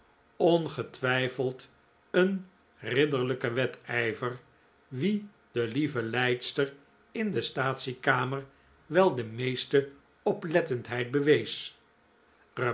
ongetwijfeld een ridderlijke wedijver wie de lieve lijdster in de statiekamer wel de meeste oplettendheid bewees